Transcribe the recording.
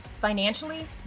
financially